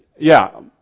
yeah,